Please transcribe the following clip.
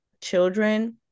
children